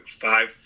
five